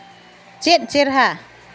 ᱪᱮᱫ ᱪᱮᱨᱦᱟ